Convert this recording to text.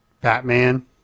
Batman